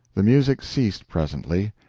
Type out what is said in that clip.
the music ceased presently.